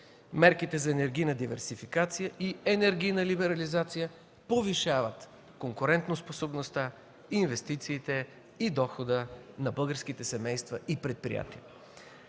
Мерките за енергийна диверсификация и енергийна либерализация повишават конкурентоспособността, инвестициите и доходите на българските семейства и предприятия.